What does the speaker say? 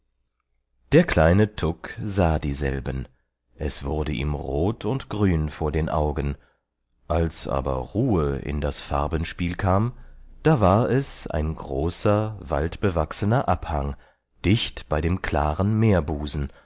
der kleine tuk sah dieselben es wurde ihm rot und grün vor den augen als aber ruhe in das farbenspiel kam da war es ein großer waldbewachsener abhang dicht bei dem klaren meerbusen